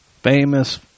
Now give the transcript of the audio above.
famous